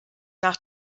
nach